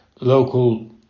local